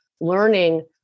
learning